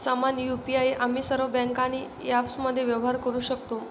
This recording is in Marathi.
समान यु.पी.आई आम्ही सर्व बँका आणि ॲप्समध्ये व्यवहार करू शकतो